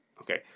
Okay